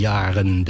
Jaren